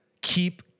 Keep